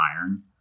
iron